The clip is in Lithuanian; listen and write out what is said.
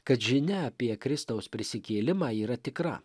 kad žinia apie kristaus prisikėlimą yra tikra